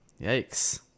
yikes